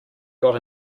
got